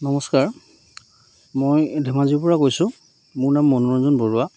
নমস্কাৰ মই ধেমাজিৰ পৰা কৈছোঁ মোৰ নাম মনোৰঞ্জন বৰুৱা